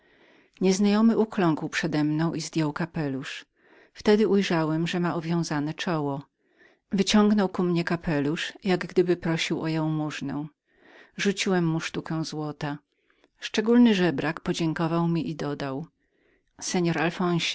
nieznajomy ukląkł przedemną i zdjął kapelusz wtedy ujrzałem że miał owiązane czoło wyciągnął ku mnie kapelusz jak gdyby prosił o jałmużnę rzuciłem mu sztukę złota szczególniejszy żebrak podziękował mi i dodał panie alfonsie